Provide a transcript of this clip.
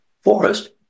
forest